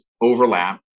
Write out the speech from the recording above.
overlap